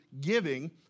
giving